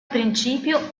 principio